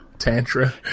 tantra